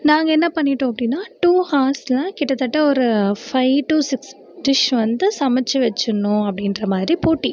நாங்கள் என்ன பண்ணிவிட்டோம் அப்படின்னா டூ ஹார்ஸ்சில் கிட்டத்தட்ட ஒரு ஃபைவ் டு சிக்ஸ் டிஷ் வந்து சமைத்து வச்சுர்ணும் அப்படின்ற மாதிரி போட்டி